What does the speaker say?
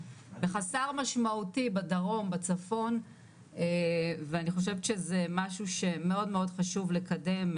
זה חסר משמעותי בדרום בצפון ואני חושבת שזה משהו שמאוד מאוד חשוב לקדם,